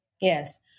Yes